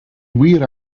wir